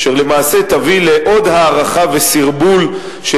אשר למעשה תביא לעוד הארכה וסרבול של